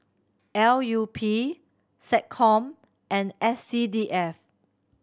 L U P SecCom and S C D F